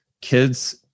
kids